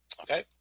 Okay